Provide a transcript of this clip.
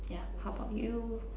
yeah how about you